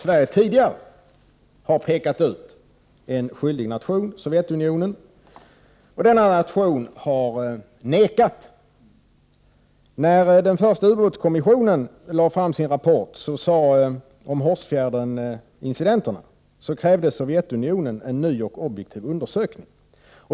Sverige har tidigare pekat ut en skyldig nation, Sovjetunionen, och denna nation har nekat. När den första ubåtskommissionen lade fram sin rapport om Hårsfjärden-incidenten krävde Sovjetunionen en ny och objektiv undersökning.